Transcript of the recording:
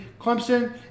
Clemson